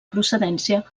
procedència